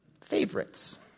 favorites